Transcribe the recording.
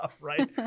Right